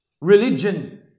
religion